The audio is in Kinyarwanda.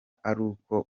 aruko